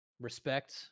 respect